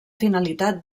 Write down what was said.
finalitat